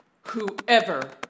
Whoever